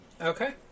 Okay